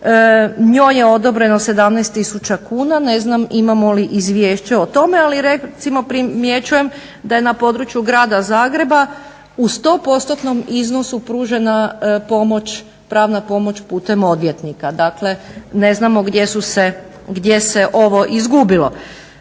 Njoj je odobreno 17 tisuća kuna. Ne znam imamo li izvješće o tome. Ali recimo primjećujem da je na području grada Zagreba u 100%-tnom iznosu pružena pomoć, pravna pomoć putem odvjetnika. Dakle, ne znamo gdje su se, gdje